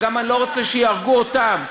וגם אני לא רוצה שיהרגו אותם.